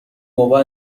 بابا